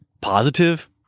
positive